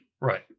Right